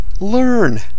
learn